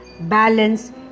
Balance